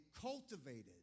cultivated